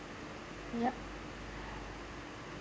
yup